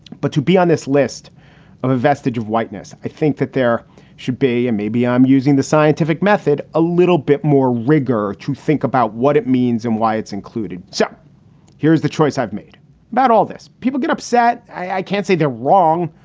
but to be on this list of a vestige of whiteness, i think that there should be. and maybe i'm using the scientific method a little bit more rigour to think about what it means and why it's included. so here's the choice i've made about all this. people get upset. i can't say they're wrong.